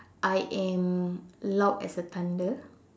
I am loud as a thunder